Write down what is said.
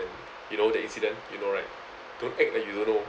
you know the incident you know right don't act like you don't know